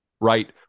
right